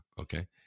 okay